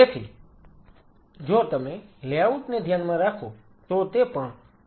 તેથી જો તમે લેઆઉટ ને ધ્યાનમાં રાખો તો તે પણ તમારી પ્રથમ વસ્તુઓ હોવી જોઈએ